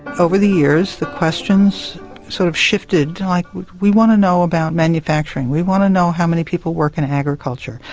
over the years the questions sort of shifted, like we we want to know about manufacturing, we want to know how many people work in agriculture,